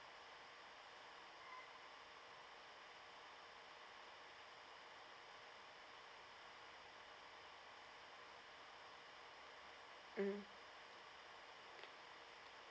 mm